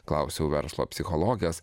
klausiau verslo psichologės